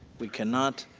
we cannot,